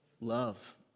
love